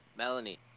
Melanie